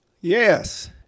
Yes